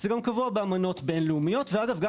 זה גם קבוע באמנות בין לאומיות ואגב גם